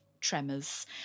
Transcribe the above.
tremors